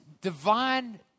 divine